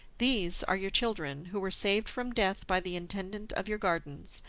these are your children, who were saved from death by the intendant of your gardens,